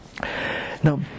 Now